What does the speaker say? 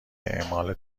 اعمال